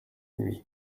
nuit